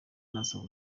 arasaba